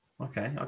okay